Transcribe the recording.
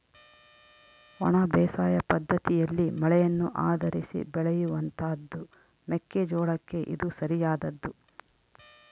ಒಣ ಬೇಸಾಯ ಪದ್ದತಿಯಲ್ಲಿ ಮಳೆಯನ್ನು ಆಧರಿಸಿ ಬೆಳೆಯುವಂತಹದ್ದು ಮೆಕ್ಕೆ ಜೋಳಕ್ಕೆ ಇದು ಸರಿಯಾದದ್ದು